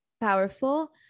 powerful